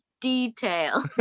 detail